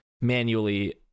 manually